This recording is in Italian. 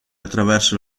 attraverso